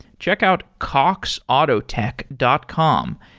check out cox autotech dot com.